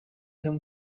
him